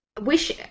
wish